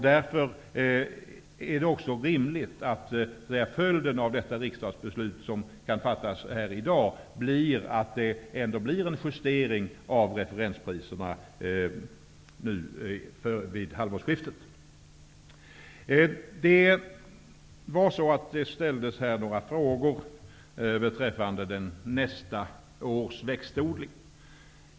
Det är därför rimligt att följden av det riksdagsbeslut som i dag kan fattas blir en justering av referenspriserna vid halvårsskiftet. Det ställdes här några frågor om nästa års växtodling.